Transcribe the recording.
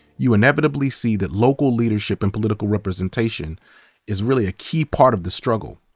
you inevitably see that local leadership and political representation is really a key part of the struggle.